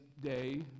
day